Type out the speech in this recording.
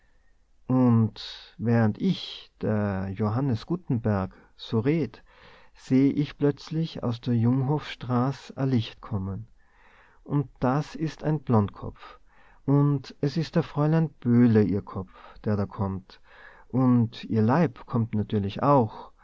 und während ich der johannes gutenberg so red seh ich plötzlich aus der junghofstraß e licht näherkommen und das is ein blondkopf und es is der fräulein böhle ihr kopf der da kommt und ihr leib kommt natürlich auch